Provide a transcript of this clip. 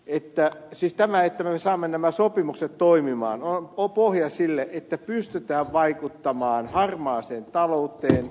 että me saamme nämä sopimukset toimimaan on tietysti aivan pohja sille että pystytään vaikuttamaan harmaaseen talouteen